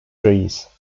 trees